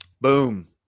Boom